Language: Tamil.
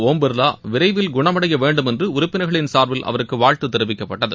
ஒம்பிா்லா விரைவில் குணமடைய வேண்டும் என்று உறுப்பினா்களின் சாா்பில் அவருக்கு வாழ்த்து தெரிவிக்கப்பட்டது